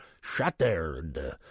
Shattered